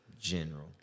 general